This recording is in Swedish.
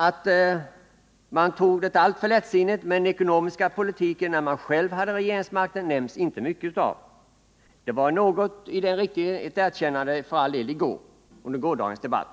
Att man tog det alltför lättsinnigt med den ekonomiska politiken när man själv hade regeringsmakten nämns inte mycket av — ett litet erkännande i den riktningen kom för all del under gårdagens debatt.